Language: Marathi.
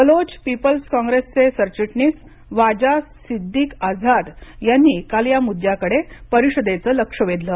बलोच पीपल्स काँग्रेसचे सरचिटणीस वाजा सिद्दीक आझाद यांनी काल या मुद्द्याकडे परिषदेचे लक्ष वेधले